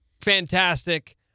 fantastic